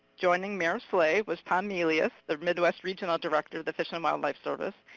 joining mayor slay was tom melius, the midwest regional director of the fish and wildlife service.